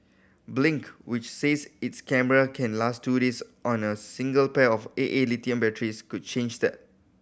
blink which says its camera can last two years on a single pair of A A lithium batteries could change that